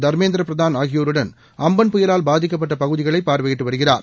தர்மேந்திர பிரதாள் ஆகியோருடன் அம்பள் புயலால் பாதிக்கப்பட்ட பகுதிகளை பார்வையிட்டு வருகிறார்